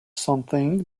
something